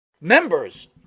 Members